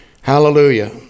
Hallelujah